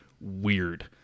weird